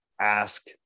ask